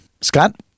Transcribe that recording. Scott